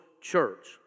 church